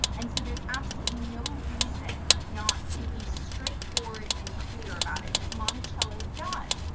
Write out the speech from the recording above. and so there is absolutely no reason not to be straightforward and clear about it as monticello does,